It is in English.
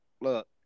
look